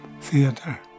theater